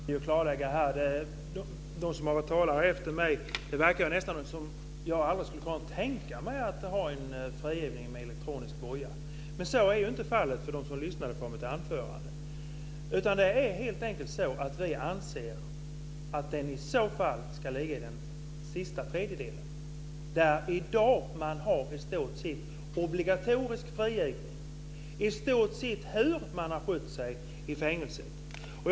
Herr talman! Jag skulle vilja göra ett klarläggande. Det verkar på dem som talat efter mitt anförande att jag aldrig skulle kunna tänka mig att ha en frigivning med elektronisk boja. Så är inte fallet. Det vet de som lyssnade på mitt anförande. Det är helt enkelt så att vi moderater anser att den åtgärden i så fall ska ligga i den sista tredjedelen av straffet. I dag har man i stort sett obligatorisk frigivning oavsett hur man har skött sig i fängelset.